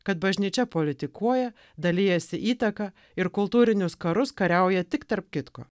kad bažnyčia politikuoja dalijasi įtaka ir kultūrinius karus kariauja tik tarp kitko